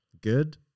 good